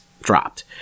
dropped